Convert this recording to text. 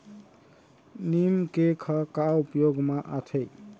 नीम cake ह का उपयोग मा आथे?